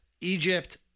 Egypt